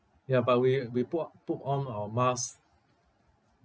ya but we we put uh put on our masks